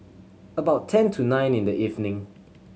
about ten to nine in the evening